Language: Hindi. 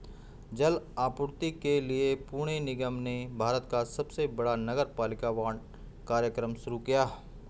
जल आपूर्ति के लिए पुणे निगम ने भारत का सबसे बड़ा नगरपालिका बांड कार्यक्रम शुरू किया